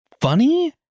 funny